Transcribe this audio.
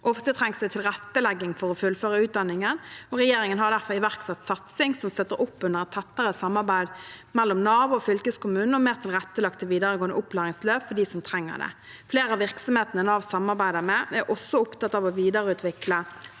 Ofte trengs det tilrettelegging for å fullføre utdanningen. Regjeringen har derfor iverksatt satsing som støtter opp under et tettere samarbeid mellom Nav og fylkeskommunen om mer tilrettelagte videregående opplæringsløp for dem som trenger det. Flere av virksomhetene Nav samarbeider med, er også opptatt av å videreutvikle